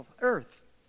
earth